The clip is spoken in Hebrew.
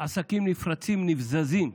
עסקים נפרצים, נבזזים,